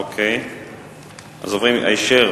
עוברים היישר